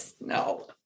no